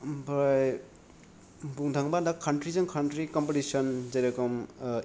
ओमफ्राय बुंनो थाङोबा दा कान्त्रि जों कान्त्रि कमपतेसन जेरेखम